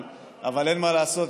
אבל אין מה לעשות,